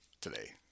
today